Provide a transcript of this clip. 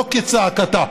לא כצעקתה.